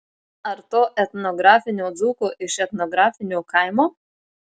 ar to etnografinio dzūko iš etnografinio kaimo